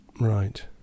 right